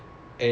uh